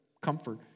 comfort